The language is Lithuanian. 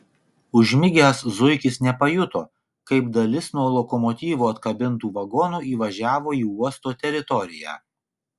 užmigęs zuikis nepajuto kaip dalis nuo lokomotyvo atkabintų vagonų įvažiavo į uosto teritoriją